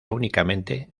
únicamente